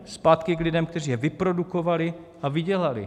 Zpátky k lidem, kteří je vyprodukovali a vydělali.